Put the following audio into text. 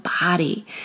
body